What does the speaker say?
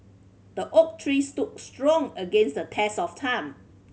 the oak tree stood strong against the test of time